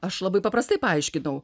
aš labai paprastai paaiškinau